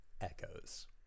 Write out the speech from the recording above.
echoes